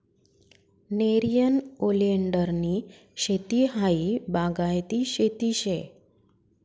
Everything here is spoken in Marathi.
नेरियन ओलीएंडरनी शेती हायी बागायती शेती शे